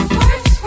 words